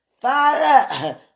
Father